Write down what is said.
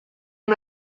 una